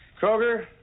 Kroger